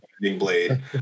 blade